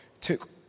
took